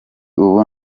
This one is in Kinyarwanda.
ubu